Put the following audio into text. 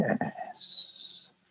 Yes